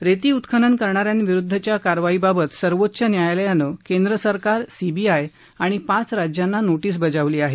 रेती उत्खनन करणा यांविरुद्धच्या कारवाईबाबत सर्वोच्च न्यायालयानं केंद्रसरकार सीबीआय आणि पाच राज्यांना नोटीस बजावली आहे